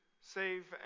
save